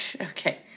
okay